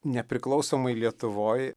nepriklausomoj lietuvoj